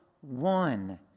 one